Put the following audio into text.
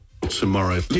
tomorrow